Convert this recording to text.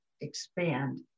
expand